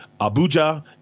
Abuja